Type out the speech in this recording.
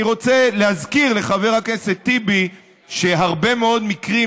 אני רוצה להזכיר לחבר הכנסת טיבי שהרבה מאוד מקרים